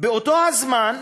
באותו הזמן,